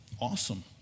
Awesome